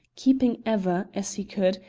keeping ever, as he could,